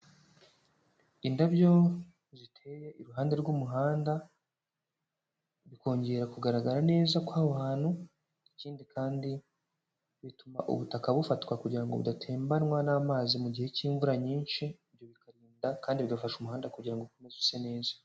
Indabyo ziteye iruhande rw'umuhanda, bikongera kugaragara neza kw'aho hantu, ikindi kandi bituma ubutaka bufatwa kugira ngo budatembanwa n'amazi mu gihe cy'imvura nyinshi, ibyo bikarinda kandi bigafasha umuhanda kugira ngo ukomeze use neza.